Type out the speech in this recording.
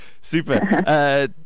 Super